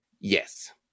Yes